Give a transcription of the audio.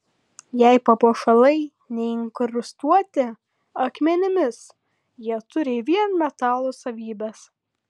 jei papuošalai neinkrustuoti akmenimis jie turi vien metalo savybes